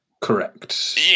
correct